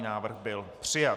Návrh byl přijat.